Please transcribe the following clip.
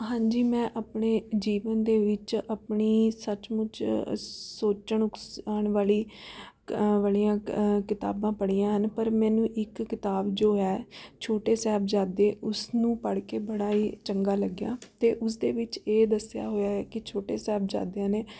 ਹਾਂਜੀ ਮੈਂ ਆਪਣੇ ਜੀਵਨ ਦੇ ਵਿੱਚ ਆਪਣੀ ਸੱਚ ਮੁੱਚ ਸੋਚਣ ਉਕਸਾਉਣ ਵਾਲੀ ਵਾਲੀਆਂ ਕਿਤਾਬਾਂ ਪੜ੍ਹੀਆਂ ਹਨ ਪਰ ਮੈਨੂੰ ਇੱਕ ਕਿਤਾਬ ਜੋ ਹੈ ਛੋਟੇ ਸਾਹਿਬਜ਼ਾਦੇ ਉਸ ਨੂੰ ਪੜ੍ਹ ਕੇ ਬੜਾ ਹੀ ਚੰਗਾ ਲੱਗਿਆ ਅਤੇ ਉਸ ਦੇ ਵਿੱਚ ਇਹ ਦੱਸਿਆ ਹੋਇਆ ਹੈ ਕਿ ਛੋਟੇ ਸਾਹਿਬਜ਼ਾਦਿਆਂ ਨੇ